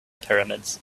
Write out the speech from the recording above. pyramids